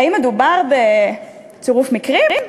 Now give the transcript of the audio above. האם מדובר בצירוף מקרים?